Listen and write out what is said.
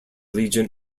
legion